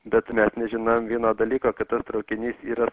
bet mes nežinojom vieno dalyko kad tas traukinys yra